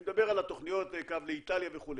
אני מדבר על התוכניות של קו לאיטליה וכו'.